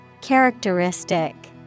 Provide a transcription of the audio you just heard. Characteristic